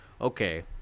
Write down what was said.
Okay